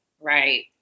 right